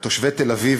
תושבי תל-אביב,